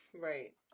Right